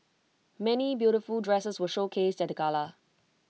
many beautiful dresses were showcased at the gala